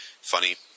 Funny